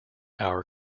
our